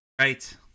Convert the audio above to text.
Right